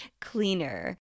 cleaner